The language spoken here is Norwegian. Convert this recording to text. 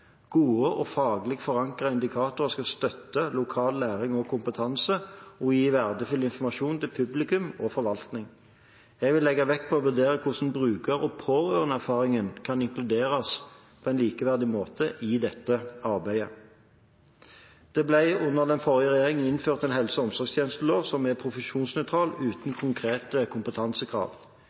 Gode og faglig forankrede indikatorer skal støtte lokal læring og kompetanse og gi verdifull informasjon til publikum og forvaltning. Jeg vil legge vekt på å vurdere hvordan bruker- og pårørendeerfaringen kan inkluderes på en likeverdig måte i dette arbeidet. Det ble under den forrige regjeringen innført en helse- og omsorgstjenestelov som er profesjonsnøytral uten konkrete kompetansekrav.